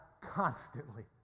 constantly